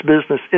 Business